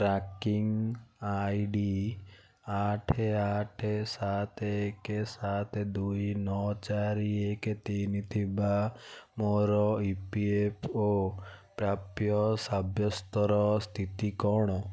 tracking I D ଆଠ ଆଠ ସାତ ଏକ ସାତ ଦୁଇ ନଅ ଚାରି ଏକ ତିନି ଥିବା ମୋର ଇ ପି ଏଫ୍ ଓ ପ୍ରାପ୍ୟ ସାବ୍ୟସ୍ତର ସ୍ଥିତି କ'ଣ